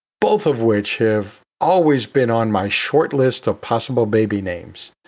both of which have always been on my short list of possible baby names.